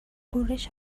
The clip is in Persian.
غرش